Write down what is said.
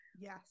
Yes